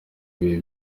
ibihe